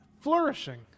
flourishing